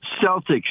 Celtics